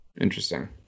interesting